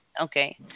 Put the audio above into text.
Okay